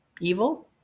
evil